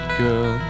girl